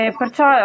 perciò